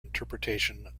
interpretation